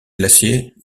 glacier